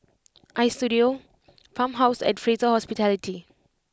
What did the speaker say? Istudio Farmhouse and Fraser Hospitality